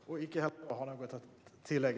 Fru talman! Inte heller jag har något att tillägga.